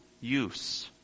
use